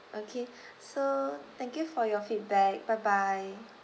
okay so thank you for your feedback bye bye